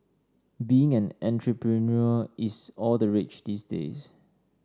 being an entrepreneur is all the rage these days